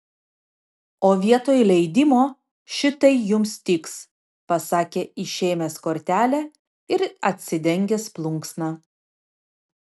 o vietoj leidimo šitai jums tiks pasakė išėmęs kortelę ir atsidengęs plunksną